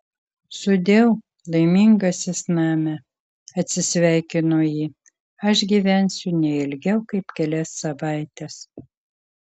sudieu laimingasis name atsisveikino ji aš gyvensiu ne ilgiau kaip kelias savaites